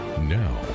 Now